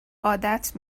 عادت